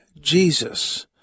Jesus